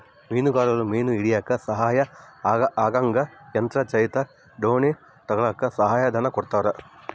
ಮೀನುಗಾರರು ಮೀನು ಹಿಡಿಯಕ್ಕ ಸಹಾಯ ಆಗಂಗ ಯಂತ್ರ ಚಾಲಿತ ದೋಣಿ ತಗಳಕ್ಕ ಸಹಾಯ ಧನ ಕೊಡ್ತಾರ